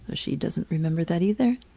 ah she doesn't remember that either.